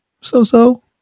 so-so